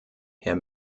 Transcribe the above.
herr